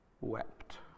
wept